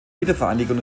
wiedervereinigung